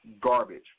garbage